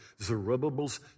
Zerubbabel's